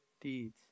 deeds